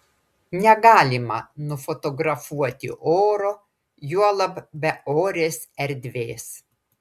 negalima nufotografuoti oro juolab beorės erdvės